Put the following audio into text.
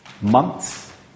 months